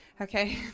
okay